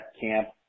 camp